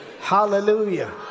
Hallelujah